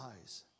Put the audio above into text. eyes